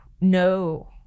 No